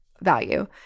value